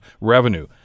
revenue